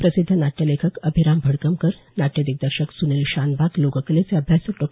प्रसिध्द नाट्य लेखक अभिराम भडकमकर नाट्य दिग्दर्शक सुनील शानबाग लोककलेचे अभ्यासक डॉ